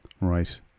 Right